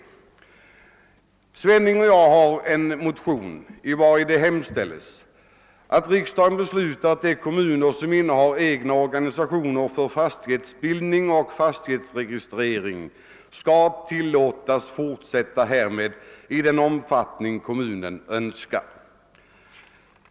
Herr Sven ning och jag har väckt en motion, vari det hemställs att riksdagen beslutar att de kommuner som innehar egna organisationer för fastighetsbildning och fastighetsregistrering skall tillåtas fortsätta med denna verksamhet i den omfattning kommunen önskar.